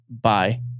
bye